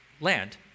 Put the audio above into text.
land